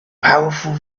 powerful